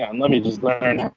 and let me just learn how